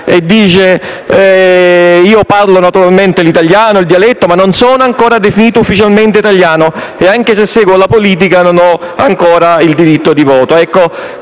benché parli naturalmente l'italiano e il dialetto, non è ancora definito ufficialmente italiano e, anche se segue la politica, non ha ancora il diritto di voto.